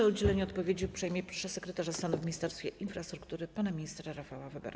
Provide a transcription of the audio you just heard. O udzielenie odpowiedzi uprzejmie proszę sekretarza stanu w Ministerstwie Infrastruktury pana ministra Rafała Webera.